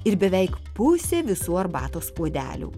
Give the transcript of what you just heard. ir beveik pusė visų arbatos puodelių